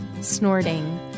snorting